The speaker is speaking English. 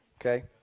Okay